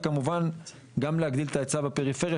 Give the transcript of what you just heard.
וגם כמובן להגיל את ההיצע בפריפריה,